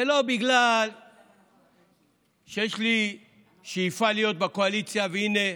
ולא בגלל שיש לי שאיפה להיות בקואליציה והינה,